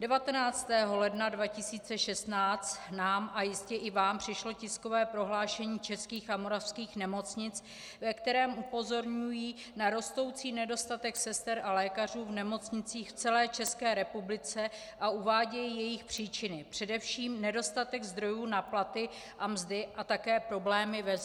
19. ledna 2016 nám a jistě i vám přišlo tiskové prohlášení českých a moravských nemocnic, ve kterém upozorňují na rostoucí nedostatek sester a lékařů v nemocnicích v celé České republice a uvádějí jejich příčiny, především nedostatek zdrojů na platy a mzdy a také problémy ve